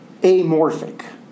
amorphic